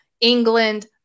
England